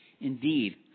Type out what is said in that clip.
Indeed